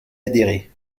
adhérer